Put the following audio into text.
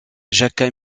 jacques